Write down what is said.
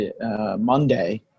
Monday